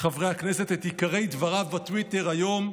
חברי הכנסת, את עיקרי דבריו בטוויטר היום,